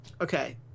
Okay